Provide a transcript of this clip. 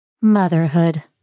Motherhood